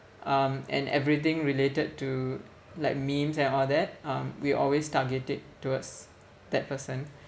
um and everything related to like memes and all that um we always target it towards that person